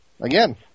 again